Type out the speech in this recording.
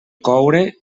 coure